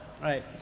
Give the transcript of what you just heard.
Right